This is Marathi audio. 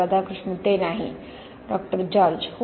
राधाकृष्ण ते नाही डॉ जॉर्ज हो